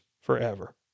forever